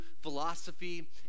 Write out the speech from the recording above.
philosophy